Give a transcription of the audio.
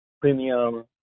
premium